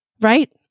Right